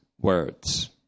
words